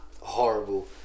Horrible